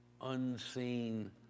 unseen